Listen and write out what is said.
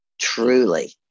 Truly